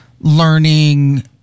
learning